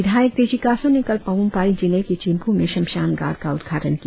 विधायक तेची कासो ने कल पाप्रम पारे जिले के चिंप् में शमशान घाट का उद्घाटन किया